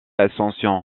ascension